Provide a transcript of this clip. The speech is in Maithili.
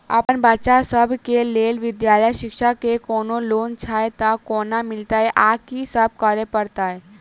अप्पन बच्चा सब केँ लैल विधालय शिक्षा केँ कोनों लोन छैय तऽ कोना मिलतय आ की सब करै पड़तय